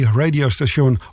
radiostation